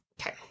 Okay